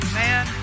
man